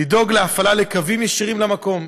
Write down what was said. לדאוג להפעלה של קווים ישירים למקום.